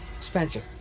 Spencer